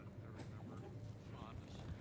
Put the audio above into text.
i remember with fondness,